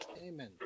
Amen